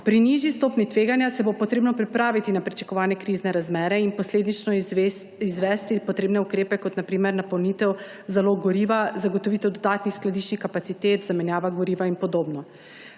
Pri nižji stopnji tveganja se bo treba pripraviti na pričakovane krizne razmere in posledično izvesti potrebne ukrepe, na primer napolnitev zalog goriva, zagotovitev dodatnih skladiščnih kapacitet, zamenjava goriva in podobno.